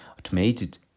automated